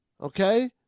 Okay